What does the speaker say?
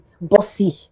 bossy